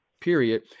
period